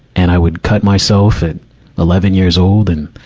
and i would cut myself at eleven years old. and